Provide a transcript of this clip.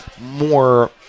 more